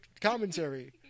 commentary